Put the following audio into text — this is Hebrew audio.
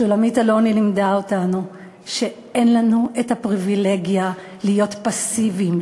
שולמית אלוני לימדה אותנו שאין לנו את הפריבילגיה להיות פסיביים,